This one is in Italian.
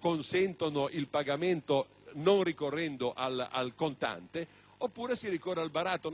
consenta il pagamento non ricorrendo al contante, oppure il ricorso al baratto, non c'è un altro modo. Evidentemente,